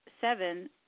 seven